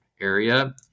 area